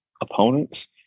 opponents